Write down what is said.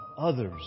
others